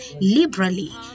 liberally